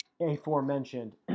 aforementioned